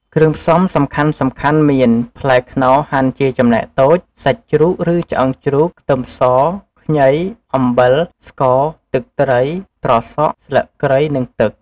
គ្រឿងផ្សំសំខាន់ៗមាន ផ្លែខ្នុរហាន់ជាចំណែកតូច សាច់ជ្រូក ឬឆ្អឹងជ្រូក ខ្ទឹមស ខ្ញី អំបិល ស្ករ ទឹកត្រី ត្រសក់ ស្លឹកគ្រៃ និង ទឹក។